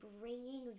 bringing